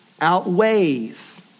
outweighs